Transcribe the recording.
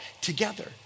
together